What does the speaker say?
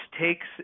takes